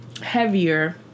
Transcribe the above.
heavier